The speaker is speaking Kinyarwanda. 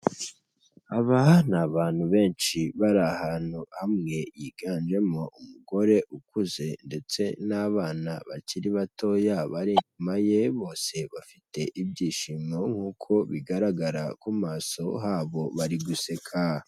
Aba ni abantu benshi bari ahantu hamwe yiganjemo umugore ukuze ndetse n'abana bakiri batoya bari inyuma ye, bose bafite ibyishimo nkuko bigaragara ku maso habo bari guseka.